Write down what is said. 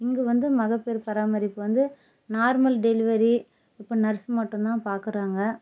இங்கே வந்து மகப்பேறு பராமரிப்பு வந்து நார்மல் டெலிவரி இப்போ நர்ஸ் மட்டும் தான் பார்க்குறாங்க